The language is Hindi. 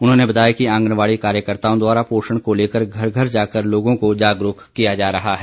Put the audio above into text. उन्होंने बताया कि आंगनबाड़ी कार्यकर्ताओं द्वारा पोषण को लेकर घर घर जाकर लोगों को जागरूक किया जा रहा है